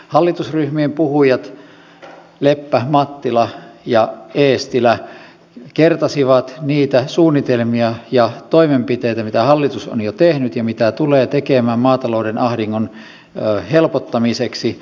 hallitusryhmien puhujat leppä mattila ja eestilä kertasivat niitä suunnitelmia ja toimenpiteitä mitä hallitus on jo tehnyt ja mitä tulee tekemään maatalouden ahdingon helpottamiseksi